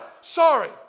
sorry